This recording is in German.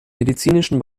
medizinischen